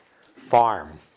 farm